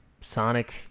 Sonic